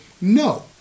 No